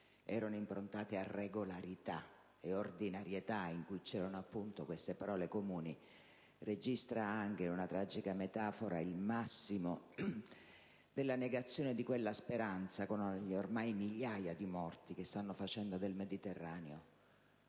erano improntate a regolarità e ordinarietà, in cui c'erano queste parole comuni, registra anche in una tragica metafora il massimo della negazione di quella speranza con gli ormai migliaia di morti che stanno facendo del Mediterraneo